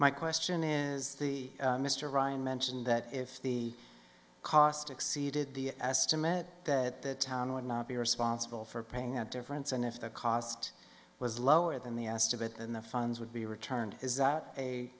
my question is the mr ryan mentioned that if the cost exceeded the estimate that the town would not be responsible for paying at difference and if the cost was lower than the asked of it and the funds would be returned is that a